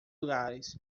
lugares